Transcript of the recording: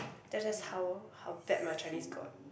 that's just how how bad my Chinese got